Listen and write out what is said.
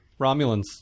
Romulans